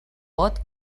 vot